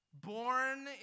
born